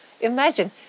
Imagine